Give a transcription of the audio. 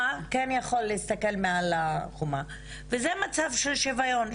כן יכול להסתכל מעל החומה וזה מצב של שוויון,